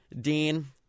Dean